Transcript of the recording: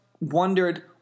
wondered